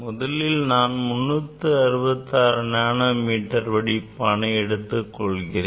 முதலில் நான் 366 நானோமீட்டர் வடிப்பானை எடுத்துக்கொள்கிறேன்